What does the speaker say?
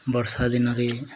ବର୍ଷା ଦିନରେ